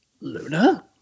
Luna